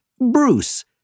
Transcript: Bruce